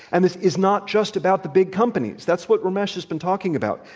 and this is not just about the big companies. that's what ramesh has been talking about.